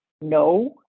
no